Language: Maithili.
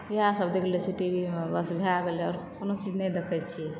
इएह सब देख लै छी टीवी मे बस भए गेलै और कोनो चीज नहि देखै छी